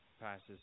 passes